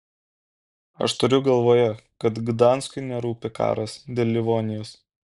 aš turiu galvoje kad gdanskui nerūpi karas dėl livonijos